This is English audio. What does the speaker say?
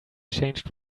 changed